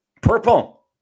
Purple